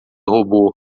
robô